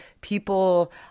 People